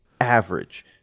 average